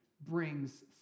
brings